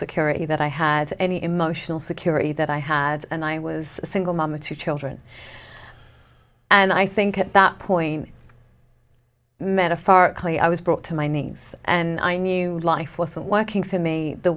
security that i had any emotional security that i had and i was a single mom with two children and i think at that point metaphorically i was brought to my knees and i knew life wasn't working for me the